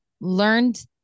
learned